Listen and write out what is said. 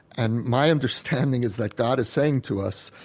and my understanding is that god is saying to us,